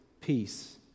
peace